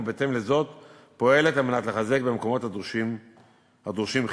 ובהתאם לזה פועלת לחזק במקומות הדורשים חיזוק,